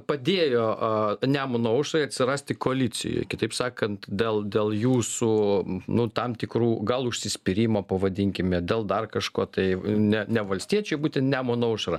padėjo nemuno aušrai atsirasti koalicijoj kitaip sakant dėl dėl jūsų nu tam tikrų gal užsispyrimo pavadinkime dėl dar kažko tai ne ne valstiečiai o būtent nemuno aušra